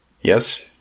Yes